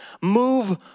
move